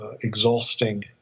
exhausting